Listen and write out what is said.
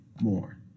more